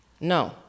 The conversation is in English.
No